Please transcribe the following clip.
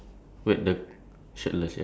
green and orange shorts